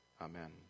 Amen